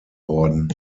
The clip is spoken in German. worden